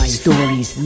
stories